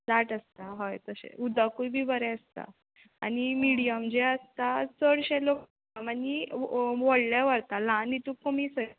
दाट आसता हय तशे उदकूय बी बरें आसता आनी मिडयम जे आसता चडशे लोक लांब आनी वो वो व्होडले व्हरता ल्हान हितू कमी से